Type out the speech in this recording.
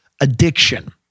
addiction